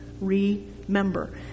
Remember